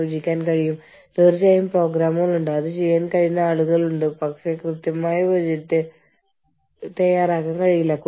ചില രാജ്യങ്ങളിൽ നിങ്ങൾക്ക് കഴിയുമ്പോൾ നിങ്ങളുടെ തൊഴിലാളികളെ എപ്പോൾ പിരിച്ചുവിടാം എന്നതിനെക്കുറിച്ച് വളരെ വ്യക്തമായ നിയമങ്ങൾ ഉണ്ടാകും